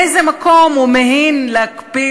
מאיזה מקום הוא מהין להקפיא,